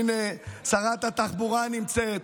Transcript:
הינה שרת התחבורה נמצאת.